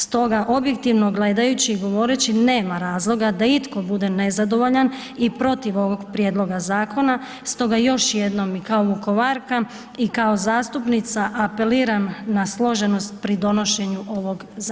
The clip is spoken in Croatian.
Stoga objektivno gledajući i govoreći nema razloga da itko bude nezadovoljan i protiv ovoga prijedloga zakona, stoga još jednom i kao Vukovarka i kao zastupnica apeliram na složenost pri donošenju ovoga zakona.